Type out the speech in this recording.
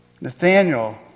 Nathaniel